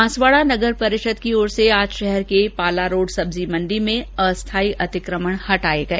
बांसवाडा नगर परिषद की ओर से आज शहर के पाला रोड सब्जी मण्डी में अस्थाई अतिक्रमण हटाये गये